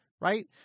right